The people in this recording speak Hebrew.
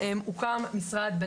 הוקמה ועדה בין